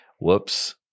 Whoops